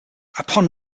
upon